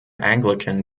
anglican